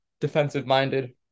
defensive-minded